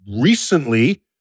recently